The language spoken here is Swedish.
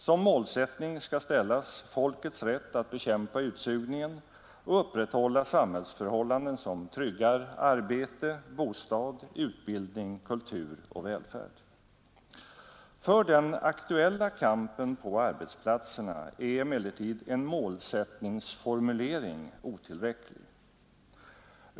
Som målsättning skall ställas folkets rätt att bekämpa utsugningen och upprätta samhällsförhållanden som tryggar arbete, bostad, utbildning, kultur och välfärd. För den aktuella kampen på arbetsplatserna är emellertid en målsättningsformulering otillräcklig.